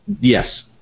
Yes